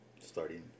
Starting